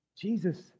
Jesus